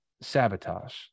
sabotage